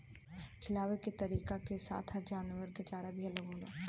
खिआवे के तरीका के साथे हर जानवरन के चारा भी अलग होला